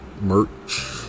merch